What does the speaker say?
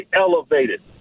elevated